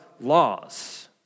laws